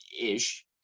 ish